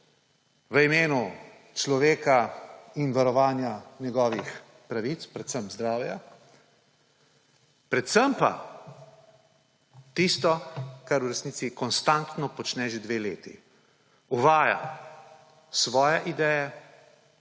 v imenu človeka in varovanja njegovih pravic, predvsem zdravja, predvsem pa tisto, kar v resnici konstantno počne že dve leti: uvaja svoje ideje,